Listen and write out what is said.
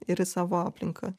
ir į savo aplinką